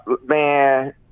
man